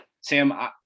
Sam